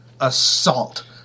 assault